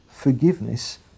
Forgiveness